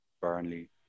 Burnley